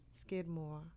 skidmore